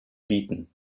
bieten